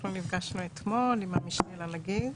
אנחנו נפגשנו אתמול עם המשנה לנגיד,